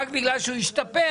רק בגלל שהוא השתפר.